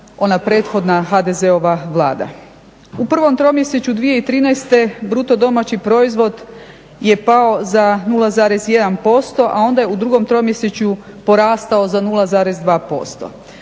ona prethodna HDZ-ova Vlada. U prvom tromjesečju 2013. bruto domaći proizvod je pao za 0,1%, a onda je u drugom tromjesečju porastao za 0,2%.